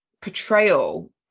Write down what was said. portrayal